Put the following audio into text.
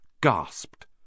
gasped